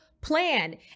plan